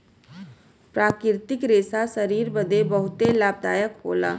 प्राकृतिक रेशा शरीर बदे बहुते लाभदायक होला